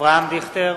אברהם דיכטר,